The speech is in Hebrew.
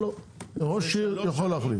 ראש עיר יכול להחליף.